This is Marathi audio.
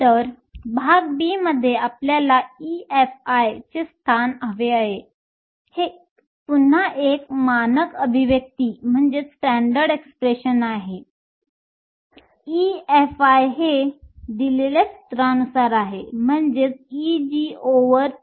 तर भाग b मध्ये आपल्याला EFi चे स्थान हवे आहे हे पुन्हा एक मानक अभिव्यक्ती स्टॅंडर्ड एक्सप्रेशन EFi हे Eg2 34kTln memh आहे